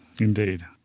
Indeed